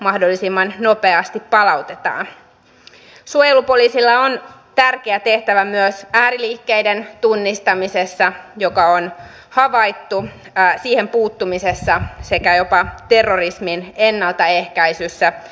nyt jos koskaan meidän päättäjien on yli puolue sekä hallitus ja oppositiorajojen lisättävä ihmisten luottamusta siihen että suomen asiat ovat hallinnassa